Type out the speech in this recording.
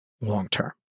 long-term